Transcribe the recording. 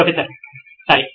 professor సరే